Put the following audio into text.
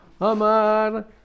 Amar